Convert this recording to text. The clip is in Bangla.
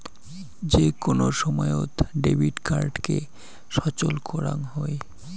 যে কোন সময়ত ডেবিট কার্ডকে সচল করাং হই